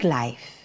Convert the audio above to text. life